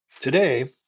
Today